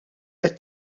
qed